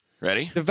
Ready